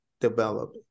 develop